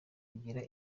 kugira